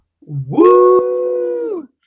Woo